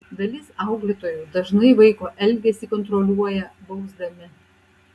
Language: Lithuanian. dalis auklėtojų dažnai vaiko elgesį kontroliuoja bausdami